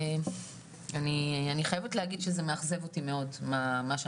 הרי הכוונה הייתה במתווה שהושג זה נשים